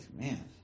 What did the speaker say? Man